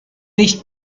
nicht